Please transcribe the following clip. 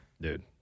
dude